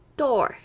door